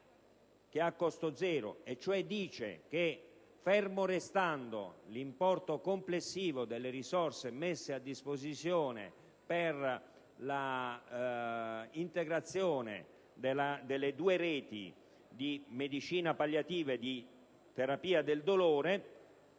5.29 ha costo zero perché, fermo restando l'importo complessivo delle risorse messe a disposizione per l'integrazione delle due reti di medicina palliativa e di terapia del dolore,